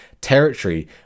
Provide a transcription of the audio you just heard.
territory